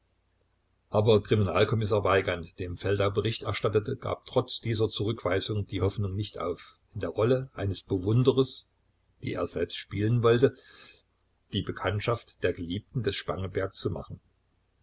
aber kriminalkommissar weigand dem feldau bericht erstattete gab trotz dieser zurückweisung die hoffnung nicht auf in der rolle eines bewunderers die er selbst spielen wollte die bekanntschaft der geliebten des spangenberg zu machen